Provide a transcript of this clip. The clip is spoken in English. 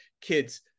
kids